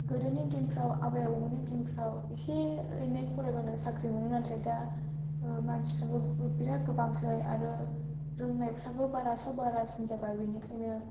गोदोनि दिनफ्राव आबौ आबैमोननि दिनफ्राव एसे एनै फरायब्लानो साख्रि मोनोमोन नाथाय दा मानसिफोरबो बेराद गोबांसै आरो रोंनायफ्राबो बारा सायाव बारासिन जाबाय बिनिखायनो